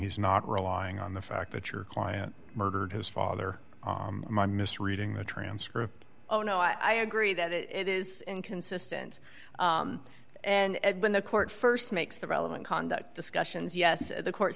he's not relying on the fact that your client murdered his father my mis reading the transcript oh no i agree that it is inconsistent and when the court st makes the relevant conduct discussions yes the court